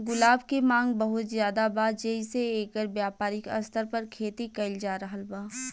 गुलाब के मांग बहुत ज्यादा बा जेइसे एकर व्यापारिक स्तर पर खेती कईल जा रहल बा